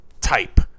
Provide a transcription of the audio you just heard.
type